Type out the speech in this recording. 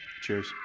cheers